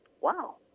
wow